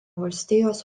valstijos